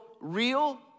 real